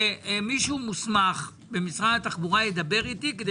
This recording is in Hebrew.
שמישהו מוסמך במשרד התחבורה ידבר איתי כדי